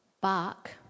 bark